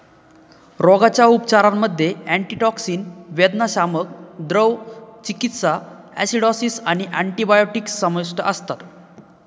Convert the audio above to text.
रोगाच्या उपचारांमध्ये अँटीटॉक्सिन, वेदनाशामक, द्रव चिकित्सा, ॲसिडॉसिस आणि अँटिबायोटिक्स समाविष्ट असतात